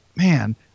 Man